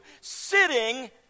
sitting